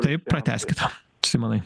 taip pratęskit simonai